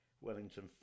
Wellington